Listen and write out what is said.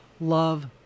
Love